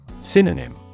Synonym